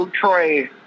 Troy